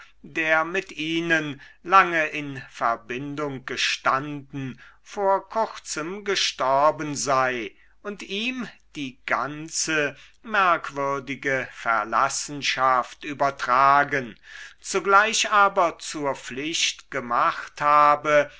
der mit ihnen lange in verbindung gestanden vor kurzem gestorben sei und ihm die ganze merkwürdige verlassenschaft übertragen zugleich aber zur pflicht gemacht habe